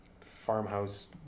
farmhouse